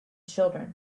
children